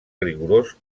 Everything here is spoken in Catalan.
rigorós